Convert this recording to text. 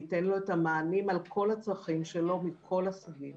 זה ייתן את המענים לכל הצרכים שלו מכל הסוגים.